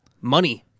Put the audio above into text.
money